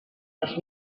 dels